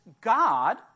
God